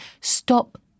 Stop